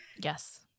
yes